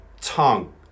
tongue